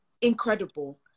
Incredible